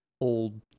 old